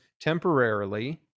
temporarily